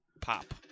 pop